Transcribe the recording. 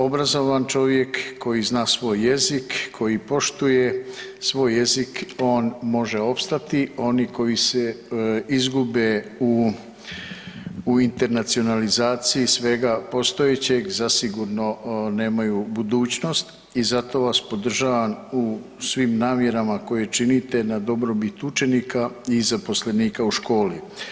Obrazovan čovjek, koji zna svoj jezik koji poštuje svoj jezik, on može opstati, oni koji se izgube u internacionalizaciji svega postojećeg zasigurno nemaju budućnost i zato vas podržavam u svim namjerama koje činite na dobrobit učenika i zaposlenika u školi.